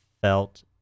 felt